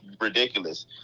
ridiculous